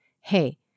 Hey